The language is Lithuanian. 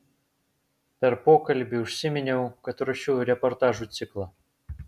per pokalbį užsiminiau kad ruošiu reportažų ciklą